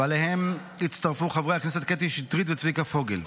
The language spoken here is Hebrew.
ואליהם הצטרפו חברי הכנסת קטי קטרין שטרית וצביקה פוגל.